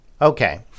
Okay